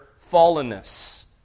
fallenness